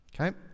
Okay